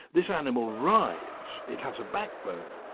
this animal writhes, it has a backbone,